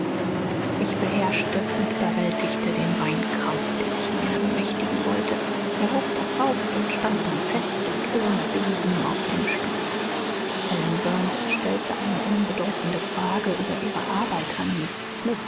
ich beherrschte und überwältigte den weinkrampf der sich meiner bemächtigen wollte erhob das haupt und stand dann fest und ohne beben auf dem stuhl helen burns stellte eine unbedeutende frage über ihre arbeit an